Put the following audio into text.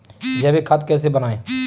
जैविक खाद कैसे बनाएँ?